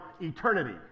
eternity